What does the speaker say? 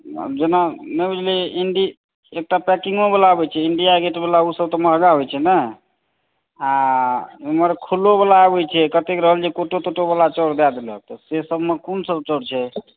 आब जेना नहि बुझलियै एकटा पैकेटो वाला अबै छै इण्डिया गेट वाला सभ तऽ महँगा आबै छै ने आ इम्हर खुललो वाला आबै छै कतेक रहल जे कोटो तोटो वाला चावल दय देलक से सभ मे कोन सभ चाउर छै